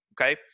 okay